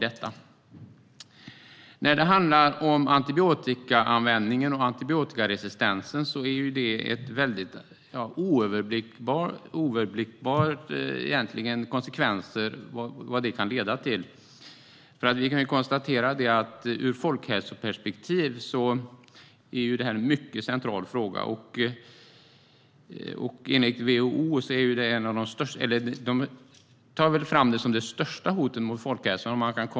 Konsekvenserna av antibiotikaanvändningen och antibiotikaresistensen är oöverblickbara, och man inte vet inte vad det kan leda till. Ur folkhälsoperspektiv är detta en mycket central fråga. Enligt WHO är detta det största hotet mot folkhälsan.